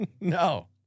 No